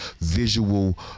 visual